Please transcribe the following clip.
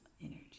energy